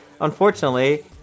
unfortunately